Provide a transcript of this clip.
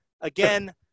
again